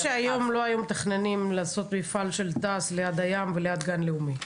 מניחה שהיום לא היו מתכננים לעשות מפעל של תעש ליד הים וליד גן לאומי.